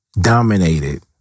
dominated